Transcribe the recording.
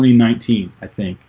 nineteen i think